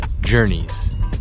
journeys